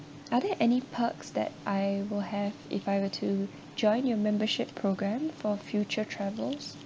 are there any perks that I will have if I were to join your membership programme for future travels